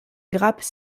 grappe